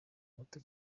muto